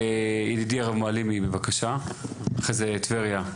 ידידי הרב מעלימי בבקשה, אחרי זה טבריה.